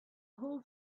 whole